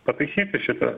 pataisyti šitą